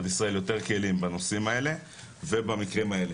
ישראל יותר כלים בנושאים האלה ובמקרים האלה.